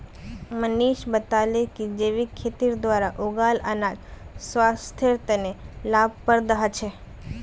मनीष बताले कि जैविक खेतीर द्वारा उगाल अनाज स्वास्थ्य तने लाभप्रद ह छे